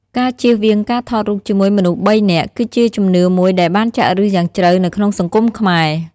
ការជៀសវាងការថតរូបជាមួយមនុស្សបីនាក់ គឺជាជំនឿមួយដែលបានចាក់ឫសយ៉ាងជ្រៅនៅក្នុងសង្គមខ្មែរ។